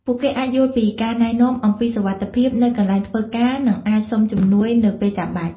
ពួកគេអាចយល់ពីការណែនាំអំពីសុវត្ថិភាពនៅកន្លែងធ្វើការ និងអាចសុំជំនួយនៅពេលចាំបាច់។